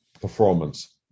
performance